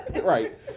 Right